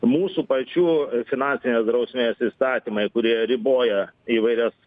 mūsų pačių finansinės drausmės įstatymai kurie riboja įvairias